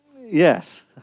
yes